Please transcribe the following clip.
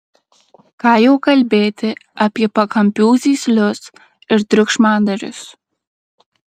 ką jau kalbėti apie pakampių zyzlius ir triukšmadarius